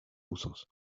usos